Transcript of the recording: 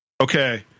Okay